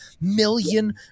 million